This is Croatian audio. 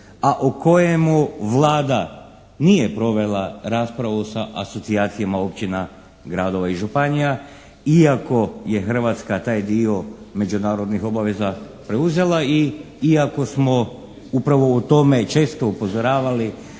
a o kojemu Vlada nije provela raspravu sa asocijacijama općina, gradova i županija iako je Hrvatska taj dio međunarodnih obaveza preuzela i iako smo upravo o tome i često upozoravali